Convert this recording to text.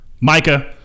Micah